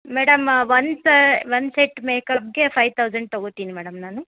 madam one ಸ one set ಮೇಕಪ್ಗೆ five thousand ತಗೊತೀನಿ ಮೇಡಮ್ ನಾನು